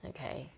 Okay，